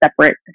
separate